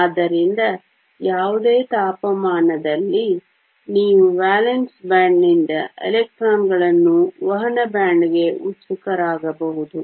ಆದ್ದರಿಂದ ಯಾವುದೇ ತಾಪಮಾನದಲ್ಲಿ ನೀವು ವೇಲೆನ್ಸ್ ಬ್ಯಾಂಡ್ನಿಂದ ಎಲೆಕ್ಟ್ರಾನ್ಗಳನ್ನು ವಹನ ಬ್ಯಾಂಡ್ಗೆ ಉತ್ಸುಕರಾಗಬಹುದು